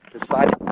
decided